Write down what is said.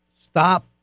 stop